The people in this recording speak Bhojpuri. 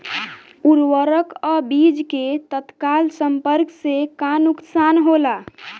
उर्वरक अ बीज के तत्काल संपर्क से का नुकसान होला?